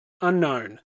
unknown